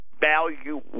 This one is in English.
value